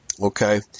Okay